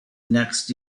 next